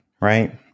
right